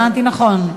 הבנתי נכון?